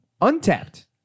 Untapped